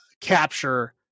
capture